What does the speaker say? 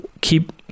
Keep